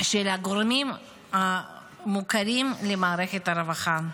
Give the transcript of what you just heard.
הגורמים המוכרים למערכת הרווחה.